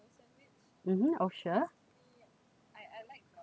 mmhmm oh sure